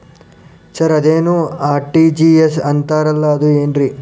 Sir ಅದೇನು RTGS ಅಂತಾರಲಾ ಅದು ಏನ್ರಿ?